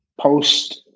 post